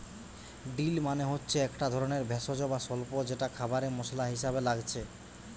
deal মানে হচ্ছে একটা ধরণের ভেষজ বা স্বল্প যেটা খাবারে মসলা হিসাবে লাগছে